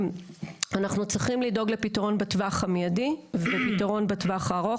ואנחנו צריכים לדאוג לפתרון בטווח המיידי ופתרון בטווח הארוך.